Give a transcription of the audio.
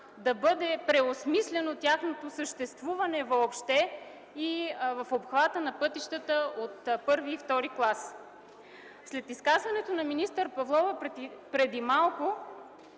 да бъде преосмислено тяхното съществуване въобще и на пътищата от първи и втори клас. След изказването на министър Павлова преди малко